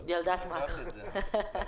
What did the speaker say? מקרו.